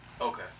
Okay